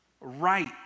right